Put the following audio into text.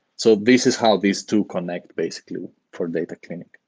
so this is how these two connect basically for data cleaning.